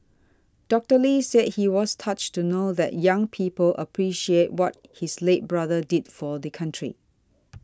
Doctor Lee said he was touched to know that young people appreciate what his late brother did for the country